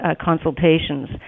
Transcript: consultations